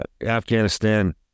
Afghanistan